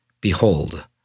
Behold